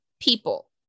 people